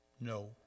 No